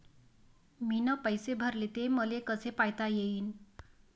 मीन पैसे भरले, ते मले कसे पायता येईन?